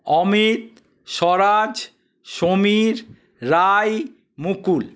Amit Swaraj Samir Rai Mukul